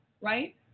right